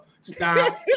stop